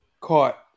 caught